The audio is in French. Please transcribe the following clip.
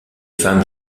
femme